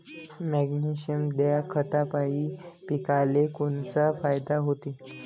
Magnesium ह्या खतापायी पिकाले कोनचा फायदा होते?